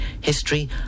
history